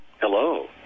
Hello